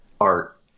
art